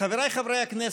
חבריי חברי הכנסת,